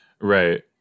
Right